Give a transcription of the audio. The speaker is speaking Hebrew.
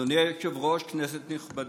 אדוני היושב-ראש, כנסת נכבדה,